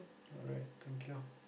alright thank you